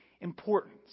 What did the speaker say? importance